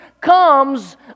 comes